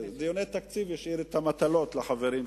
השאיר את המטלות לחברים שלו.